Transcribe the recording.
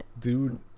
dude